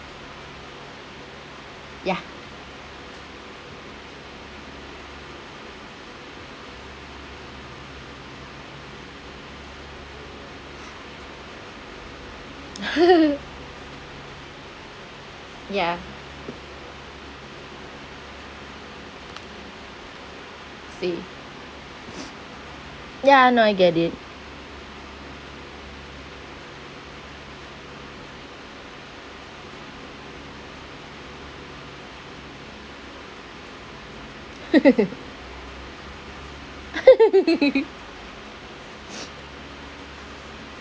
ya ya see ya I know I get it